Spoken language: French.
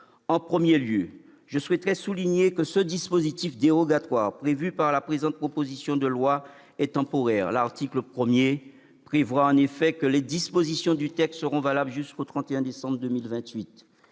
En premier lieu, je souhaiterais souligner que le dispositif dérogatoire prévu par la présente proposition de loi est temporaire. L'article 1 vise en effet à prévoir que les dispositions du texte seront valables jusqu'au 31 décembre 2028.